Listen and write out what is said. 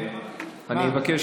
אני מבקש,